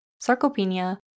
Sarcopenia